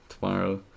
tomorrow